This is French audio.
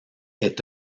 est